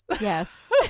yes